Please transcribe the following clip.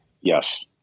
Yes